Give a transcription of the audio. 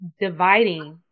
dividing